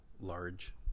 large